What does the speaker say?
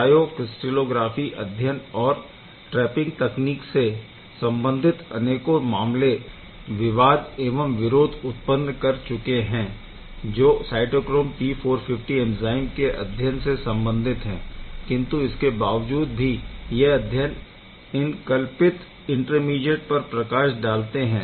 cryo crystallography अध्ययन और trapping तकनीक से संबंधित अनेकों मामले विवाद एवं विरोध उत्पन्न कर चुके है जो साइटोक्रोम P450 इंटरमीडिएट के अध्ययन से संबंधित है किंतु इसके बावजूद भी यह अध्ययन इन कल्पित इंटरमीडिएट पर प्रकाश डालते है